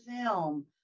film